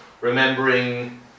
remembering